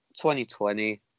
2020